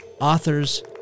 authors